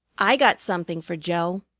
i got something for joe,